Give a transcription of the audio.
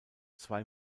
zwei